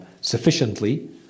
sufficiently